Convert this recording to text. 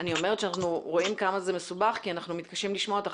אני אומרת שאנחנו רואים כמה זה מסובך כי אנחנו מתקשים לשמוע אותך,